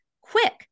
quick